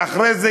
ואחרי זה,